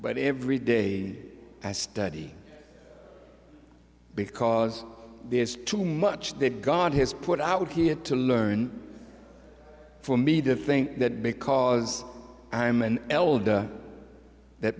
but every day i study because there's too much that god has put out here to learn for me the thing that because i am an elder that